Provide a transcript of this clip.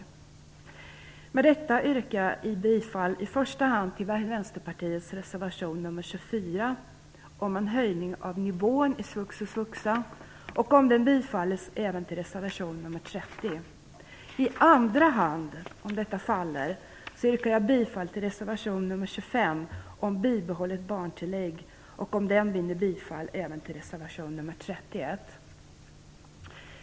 Med detta yrkar jag bifall i första hand till Vänsterpartiets reservation 24 om en höjning av nivån i svux och svuxa, och om den bifalles även till reservation 30. I andra hand, om detta faller, yrkar jag bifall till reservation 25 om bibehållet barntillägg, och om den vinner bifall även till reservation 31.